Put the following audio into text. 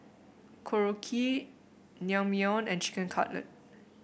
Korokke Naengmyeon and Chicken Cutlet